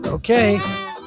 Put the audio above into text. Okay